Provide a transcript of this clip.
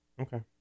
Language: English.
Okay